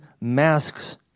masks